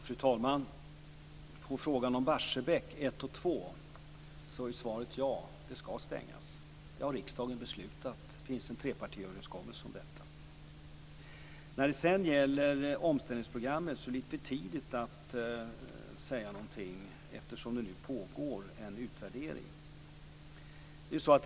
Fru talman! På frågan om Barsebäck 1 och 2 är svaret ja. De skall stängas. Det har riksdagen beslutat. Det finns en trepartiöverenskommelse om detta. När det sedan gäller omställningsprogrammet är det lite för tidigt att säga någonting, eftersom det nu pågår en utvärdering.